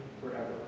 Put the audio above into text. forever